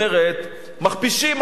היא אומרת: מכפישים,